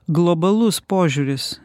globalus požiūris